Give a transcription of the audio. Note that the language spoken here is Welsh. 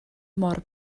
mor